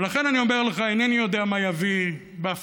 ולכן אני אומר לך: אינני יודע מה יביא בהפתעה,